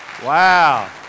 Wow